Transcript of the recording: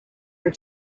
are